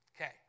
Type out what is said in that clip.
Okay